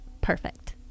perfect